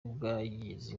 bwagize